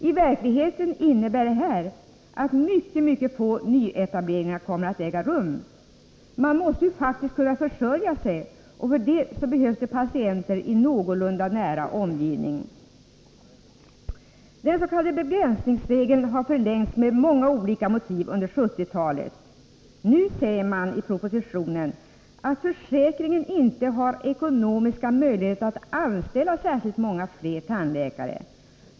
I verkligheten innebär detta att mycket få nyetableringar kommer att äga rum. Tandläkarna måste ju faktiskt kunna försörja sig, och för det behövs patienter i någorlunda näraliggande omgivning. Den s.k. begränsningsregeln har förlängts under 1970-talet med många olika motiveringar. Nu säger man i propositionen att försäkringen inte har ekonomiska möjligheter att anställa särskilt många fler tandläkare.